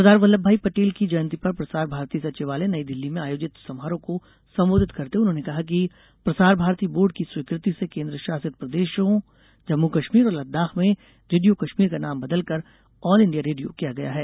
सरदार वल्लभ भाई पटेल की जयंती पर प्रसार भारती सचिवालय नई दिल्ली में आयोजित समारोह को संबोधित करते हुये उन्होंने कहा कि प्रसार भारती बोर्ड की स्वीकृति से केन्द्र शासित प्रदेशों जम्मू कश्मीर और लदाख में रेडियो कश्मीर का नाम बदलकर ऑल इंडिया रेडियो किया गया है